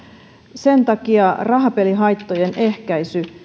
sen takia rahapelihaittojen ehkäisy